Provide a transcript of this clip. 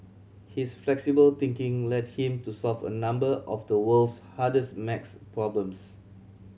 his flexible thinking led him to solve a number of the world's hardest math problems